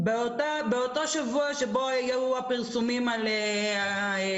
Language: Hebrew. באותו שבוע שבו היו הפרסומים על כדורגל,